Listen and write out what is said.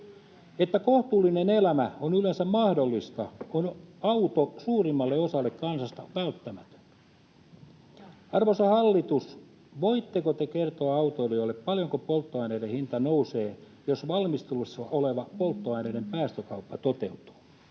Että kohtuullinen elämä on yleensä mahdollista, on auto suurimmalle osalle kansasta välttämätön. Arvoisa hallitus, voitteko te kertoa autoilijoille, paljonko polttoaineiden hinta nousee, jos valmistelussa oleva polttoaineiden päästökauppa toteutuu?